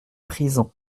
prisons